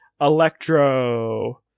Electro